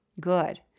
good